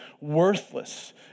worthless